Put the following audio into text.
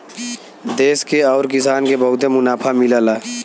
देस के आउर किसान के बहुते मुनाफा मिलला